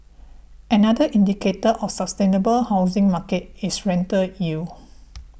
another indicator of a sustainable housing market is rental yield